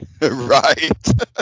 right